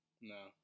No